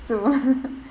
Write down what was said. so